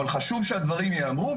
אבל חשוב שהדברים ייאמרו,